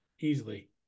Easily